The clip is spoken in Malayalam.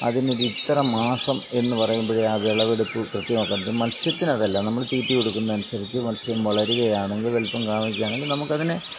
അതിനൊരു ഇത്ര മാസം എന്ന് പറയുമ്പോഴേ ആ വിളവെടുപ്പ് കൃത്യമാകത്തുളളൂ മൽസ്യത്തിന് അതല്ല നമ്മൾ തീറ്റ കൊടുക്കുന്നതനുസരിച്ച് മൽസ്യം വളരുകയാണെങ്കിൽ വലുപ്പം കാണുകയാണെങ്കിൽ നമുക്കതിനെ